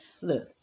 look